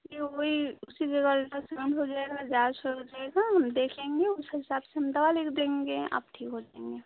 ये वो ही उसकी जगह अल्ट्रसाउन्ड हो जायेगा जाँच हो जायेगा देखेंगे उस हिसाब से हम दवा लिख देंगे आप ठीक हो जायेंगे